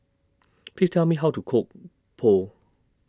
Please Tell Me How to Cook Pho